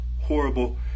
horrible